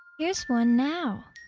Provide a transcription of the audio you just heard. here's one now.